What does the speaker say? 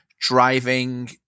driving